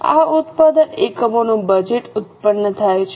આ રીતે ઉત્પાદન એકમોનું બજેટ ઉત્પન્ન થાય છે